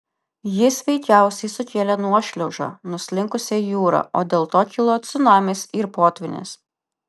jis veikiausiai sukėlė nuošliaužą nuslinkusią į jūrą o dėl to kilo cunamis ir potvynis